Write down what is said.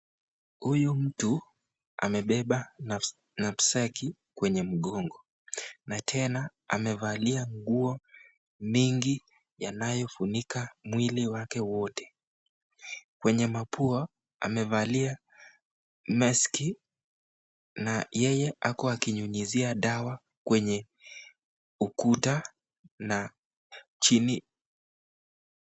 Hiyu mtu amebeba napsaki kwenye mgongo na tena amevalia nguo mingi yanayo funika mwili wake wote . Kwenye mapuo amevalia maski na yeye ako akinyunyizia dawa kwenye ukuta na chini...